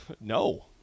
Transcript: No